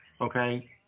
Okay